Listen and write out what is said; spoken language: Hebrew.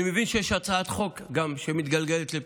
אני מבין שיש הצעת חוק שגם מתגלגלת לפתחי.